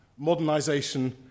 modernisation